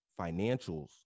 financials-